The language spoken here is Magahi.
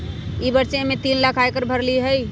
ई वर्ष हम्मे तीन लाख आय कर भरली हई